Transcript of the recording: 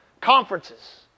conferences